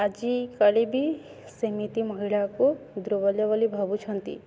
ଆଜି କାଲି ବି ସେମିତି ମହିଳାକୁ ଦୁର୍ବଳ ବୋଲି ଭାବୁଛନ୍ତି